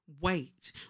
wait